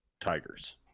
Tigers